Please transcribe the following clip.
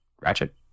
Ratchet